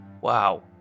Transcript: wow